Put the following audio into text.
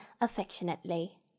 affectionately